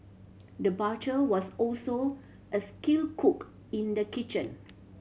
the butcher was also a skilled cook in the kitchen